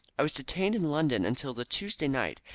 i was detained in london until the tuesday night,